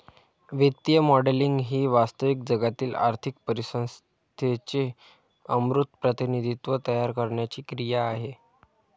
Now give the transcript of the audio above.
वित्तीय मॉडेलिंग ही वास्तविक जगातील आर्थिक परिस्थितीचे अमूर्त प्रतिनिधित्व तयार करण्याची क्रिया आहे